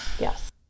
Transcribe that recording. Yes